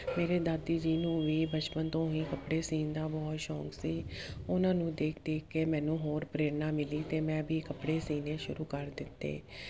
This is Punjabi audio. ਮੇਰੇ ਦਾਦੀ ਜੀ ਨੂੰ ਵੀ ਬਚਪਨ ਤੋਂ ਹੀ ਕੱਪੜੇ ਸੀਣ ਦਾ ਬਹੁਤ ਸ਼ੌਕ ਸੀ ਉਹਨਾਂ ਨੂੰ ਦੇਖ ਦੇਖ ਕੇ ਮੈਨੂੰ ਹੋਰ ਪ੍ਰੇਰਨਾ ਮਿਲੀ ਅਤੇ ਮੈਂ ਵੀ ਕੱਪੜੇ ਸੀਣੇ ਸ਼ੁਰੂ ਕਰ ਦਿੱਤੇ